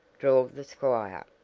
drawled the squire.